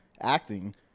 acting